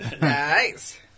Nice